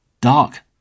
dark